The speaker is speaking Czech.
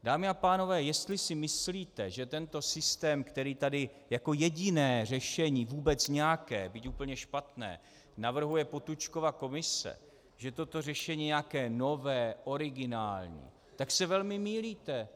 Dámy a pánové, jestli si myslíte, že tento systém, který tady jako jediné řešení vůbec nějaké, byť úplně špatné navrhuje Potůčkova komise, že toto řešení je nějaké nové, originální, tak se velmi mýlíte.